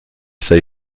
sei